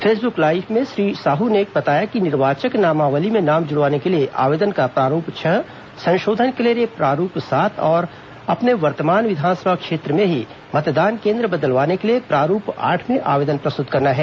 Facebook live में श्री साहू ने बताया कि निर्वाचक नामावली में नाम जुड़वाने के लिए आवेदन का प्रारूप छह संशोधन के लिए प्रारूप सात और अपने वर्तमान विधानसभा क्षेत्र में ही मतदान केन्द्र बदलवाने के लिए प्रारूप आठ में आवेदन प्रस्तुत करना है